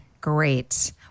Great